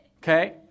okay